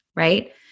Right